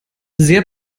sehr